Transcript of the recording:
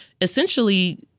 essentially